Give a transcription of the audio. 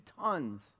tons